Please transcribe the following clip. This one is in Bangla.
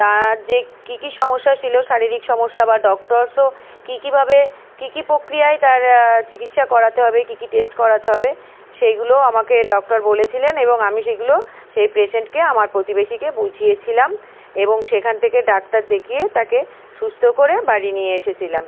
তার যে কী কী সমস্যা ছিল শারীরিক সমস্যা বা ডক্টরসও কী কীভাবে কী কী প্রক্রিয়ায় তার চিকিৎসা করাতে হবে কী কী টেস্ট করাতে হবে সেইগুলো আমাকে ডক্টর বলেছিলেন এবং আমি সেগুলো সেই পেশেন্টকে আমার প্রতিবেশীকে বুঝিয়েছিলাম এবং সেখান থেকে ডাক্তার দেখিয়ে তাকে সুস্থ করে বাড়ি নিয়ে এসেছিলাম